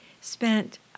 spent